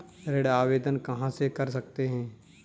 ऋण आवेदन कहां से कर सकते हैं?